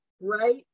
right